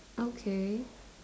okay